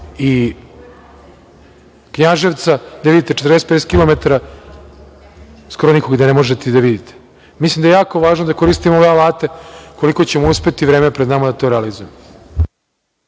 i Knjaževca gde 40, 50 kilometara skoro nikog da ne možete ni da vidite. Mislim da je jako važno da koristimo ove alate koliko ćemo uspeti, vreme je pred nama da to realizujemo.